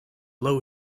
low